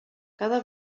cada